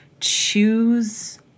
choose